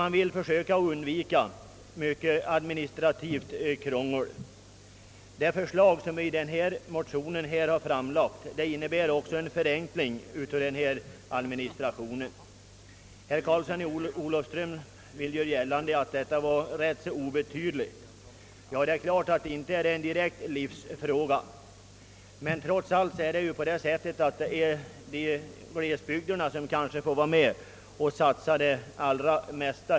Man vill försöka undvika för mycket administrativt krångel. Det förslag som vi framlagt i vår motion innebär bl.a. förenkling av administrationen. Herr Karlsson i Olofström gör gällande att dessa förenklingar är tämligen obetydliga. Ja, det är inte direkt någon livsfråga, men glesbygderna brukar få vara med och satsa på det allra mesta.